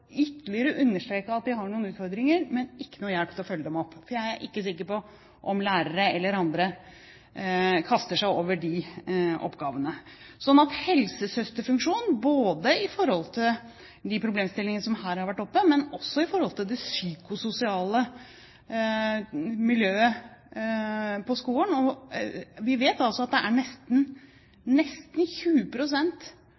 ytterligere understreket at de har noen utfordringer, men får ikke hjelp til å følge det opp. For jeg er ikke sikker på om lærere eller andre kaster seg over disse oppgavene. Helsesøsterfunksjonen er derfor viktig både når det gjelder de problemstillingene som her har vært oppe, og når det gjelder det psykososiale miljøet på skolen – for vi vet at det er